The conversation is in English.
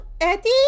Eddie